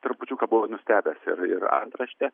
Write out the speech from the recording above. trupučiuką buvau nustebęs ir ir antraštė